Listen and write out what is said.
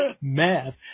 math